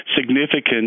significant